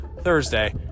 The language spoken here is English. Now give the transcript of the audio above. Thursday